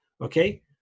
okay